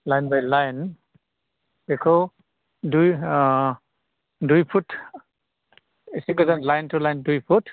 line by line बेखौ दुइ दुइ फुट एसे गोजान लाइन टु लाइन दुइ फुट